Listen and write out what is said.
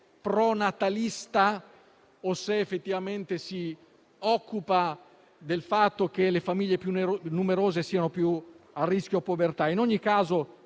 pronatalista o se effettivamente si occupa del fatto che le famiglie più numerose siano più a rischio povertà. In ogni caso,